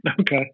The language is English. Okay